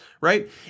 right